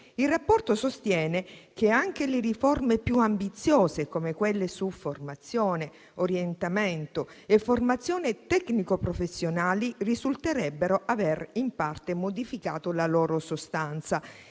Il rapporto sostiene che anche le riforme più ambiziose, come quelle su formazione, orientamento e formazione tecnico-professionali, risulterebbero aver in parte modificato la loro sostanza